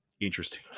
interesting